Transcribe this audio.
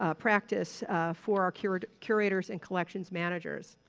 ah practice for our curators curators and collections managers.